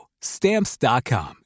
Stamps.com